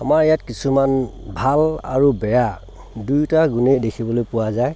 আমাৰ ইয়াত কিছুমান ভাল আৰু বেয়া দুয়োটা গুণেই দেখিবলৈ পোৱা যায়